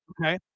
Okay